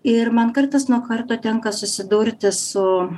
ir man kartas nuo karto tenka susidurti su